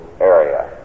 area